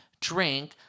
drink